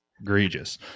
Egregious